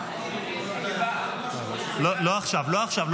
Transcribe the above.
לא עכשיו, לא עכשיו.